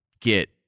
get